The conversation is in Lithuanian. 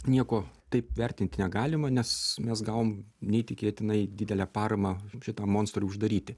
nieko taip vertinti negalima nes mes gavom neįtikėtinai didelę paramą šitą monstrą uždaryti